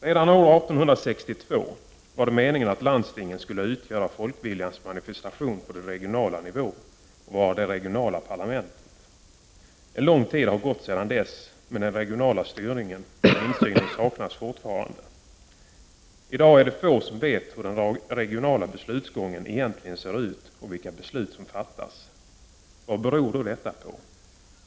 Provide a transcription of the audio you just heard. Redan år 1862 var det meningen att landstingen skulle utgöra folkviljans manifestation på den regionala nivån, vara det regionala parlamentet. En lång tid har gått sedan dess, men den regionala styrningen och insynen saknas fortfarande. I dag är det få som vet hur den regionala beslutsgången egentligen ser ut och vilka beslut som fattas. Vad beror då detta på?